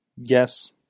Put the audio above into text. Yes